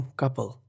couple